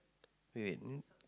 wait wait wait